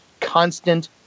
constant